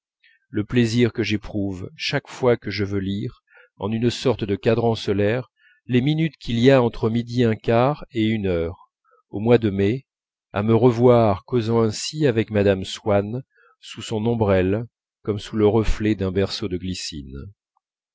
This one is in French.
le plaisir que j'éprouve chaque fois que je veux lire en une sorte de cadran solaire les minutes qu'il y a entre midi un quart et une heure au mois de mai à me revoir causant ainsi avec mme swann sous son ombrelle comme sous le reflet d'un berceau de glycines